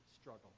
struggle